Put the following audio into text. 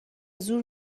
زور